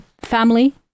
family